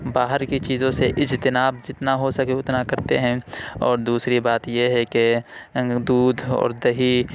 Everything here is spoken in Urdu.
باہر کی چیزوں سے اجتناب جتنا ہو سکے اتنا کرتے ہیں اور دوسری بات یہ ہے کہ دودھ اور دہی